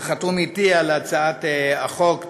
שחתום אתי על הצעת החוק,